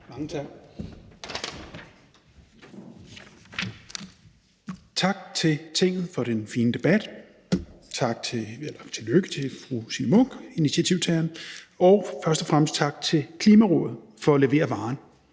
(RV): Tak til Tinget for den fine debat. Tillykke til fru Signe Munk, initiativtageren, og først og fremmest tak til Klimarådet for at levere varen: